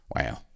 Wow